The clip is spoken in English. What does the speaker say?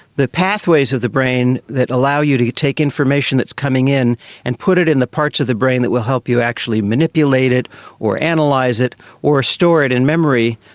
the pathways of the brain that allow you to take information that is coming in and put it in the parts of the brain that will help you actually manipulate it or and analyse it or store it in memory,